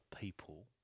people